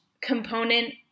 component